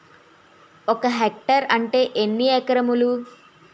ఒక హెక్టార్ అంటే ఎన్ని ఏకరములు?